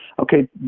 Okay